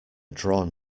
drawn